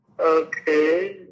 Okay